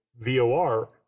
VOR